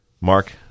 Mark